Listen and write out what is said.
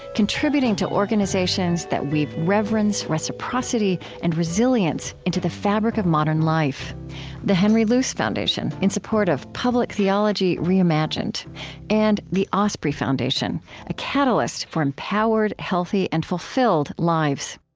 contributing to organizations that weave reverence, reciprocity, and resilience into the fabric of modern life the henry luce foundation, in support of public theology reimagined and the osprey foundation a catalyst for empowered, healthy, and fulfilled lives